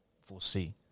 foresee